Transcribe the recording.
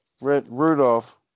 Rudolph